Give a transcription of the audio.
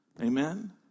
Amen